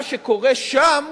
מה שקורה שם